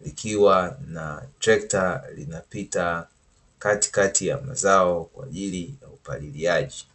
likiwa na trekta linapita katikati ya mazao, kwa ajili ya upaliliaji.